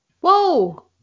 Whoa